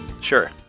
Sure